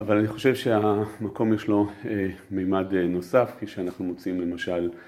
‫אבל אני חושב שהמקום יש לו ‫מימד נוסף כשאנחנו מוצאים למשל...